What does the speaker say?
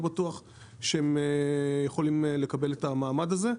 בטוח שהם יכולים לקבל את המעמד הזה.